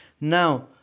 Now